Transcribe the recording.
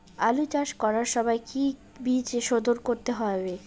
আলু চাষ করার সময় কি বীজ শোধন করতে হবে?